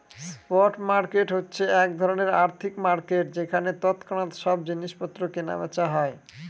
spot market হচ্ছে এক ধরনের আর্থিক মার্কেট যেখানে তৎক্ষণাৎ সব জিনিস পত্র কেনা বেচা হয়